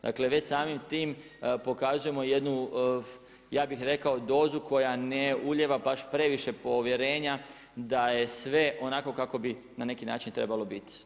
Dakle, već samim tim pokazujemo jednu, ja bih rekao dozu koja ne ulijeva baš previše povjerenja, da je sve onako kako bi na neki način trebalo biti.